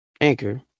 Anchor